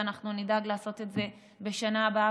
ואנחנו נדאג לעשות את זה בשנה הבאה.